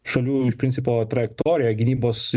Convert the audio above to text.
šalių iš principo trajektoriją gynybos